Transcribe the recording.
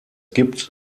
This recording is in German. gibt